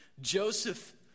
Joseph